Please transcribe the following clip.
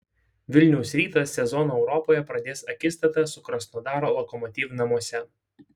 vilniaus rytas sezoną europoje pradės akistata su krasnodaro lokomotiv namuose